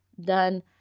done